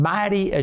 Mighty